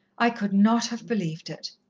i could not have believed it.